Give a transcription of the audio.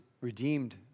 redeemed